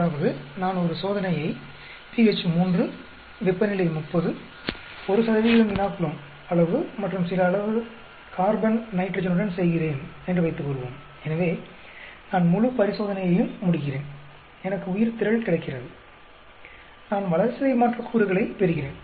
அதாவது நான் ஒரு சோதனையை pH 3 வெப்பநிலை 30 ஒரு இனோகுலம் அளவு மற்றும் சில அளவு கார்பன் நைட்ரஜனுடன் செய்கிறேன் என்று வைத்துக்கொள்வோம் எனவே நான் முழு பரிசோதனையையும் முடிக்கிறேன் எனக்கு உயிர்த்திரள் கிடைக்கிறது நான் வளர்சிதைமாற்றக்கூறுகளை பெறுகிறேன்